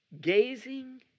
gazing